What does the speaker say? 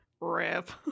rip